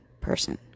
person